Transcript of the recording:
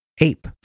ape